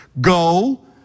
Go